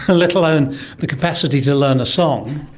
ah let alone the capacity to learn a song.